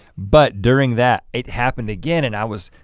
but during that, it happened again and i was,